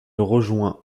rejoint